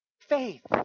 Faith